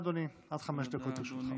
בבקשה, אדוני, עד חמש דקות לרשותך.